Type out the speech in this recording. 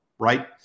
Right